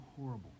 horrible